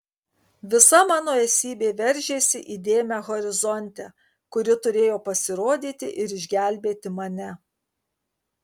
visa mano esybė veržėsi į dėmę horizonte kuri turėjo pasirodyti ir išgelbėti mane